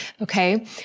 okay